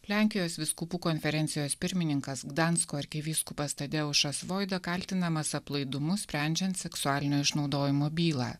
lenkijos vyskupų konferencijos pirmininkas gdansko arkivyskupas tadeušas voida kaltinamas aplaidumu sprendžiant seksualinio išnaudojimo bylą